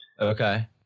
okay